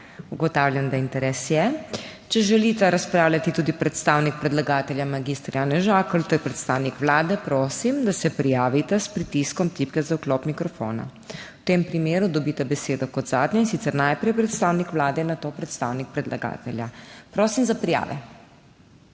Ugotavljam, da interes je. Če želita razpravljati tudi predstavnik predlagatelja mag. Janez Žakelj ter predstavnik Vlade, prosim, da se prijavita s pritiskom tipke za vklop mikrofona. V tem primeru dobita besedo kot zadnja, in sicer najprej predstavnik Vlade, nato predstavnik predlagatelja. Prosim za prijave.